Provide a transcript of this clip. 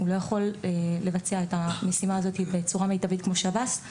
הוא לא יכול לבצע את המשימה הזאת בצורה מיטבית כמו שירות בתי הסוהר.